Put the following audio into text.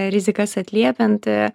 rizikas atliepiant